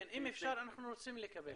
אם אפשר אנחנו רוצים לקבל.